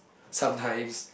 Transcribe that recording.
sometimes